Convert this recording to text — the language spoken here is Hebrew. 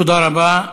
תודה רבה.